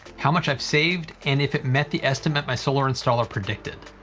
how much i've saved, and if it met the estimate my solar installer predicted.